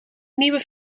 nieuwe